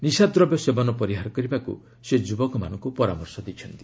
ନିଶାଦ୍ରବ୍ୟ ସେବନ ପରିହାର କରିବାକୁ ସେ ଯୁବାମାନଙ୍କୁ ପରାମର୍ଶ ଦେଇଛନ୍ତି